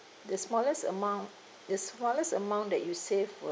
the smallest amount the smallest amount that you save will